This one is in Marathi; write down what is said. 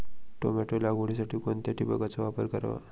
टोमॅटो लागवडीसाठी कोणत्या ठिबकचा वापर करावा?